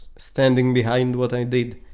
standing behind what i did.